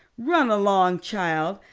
run along, child.